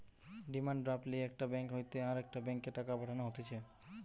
demand draft লিয়ে একটা bank হইতে আরেকটা ব্যাংকে টাকা পাঠানো হতিছে